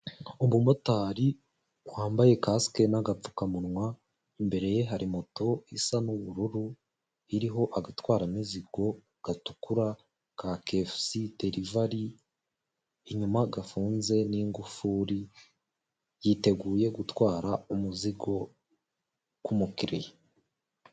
Umumotari wambaye kasike n'agapfukamunwa imbere ye hari moto isa n'ubururu iriho agatwaramizigo gatukura ka kefusi derivari inyuma gafunze n'ingufuri yiteguye gutwara umuzigo k'umukiriya.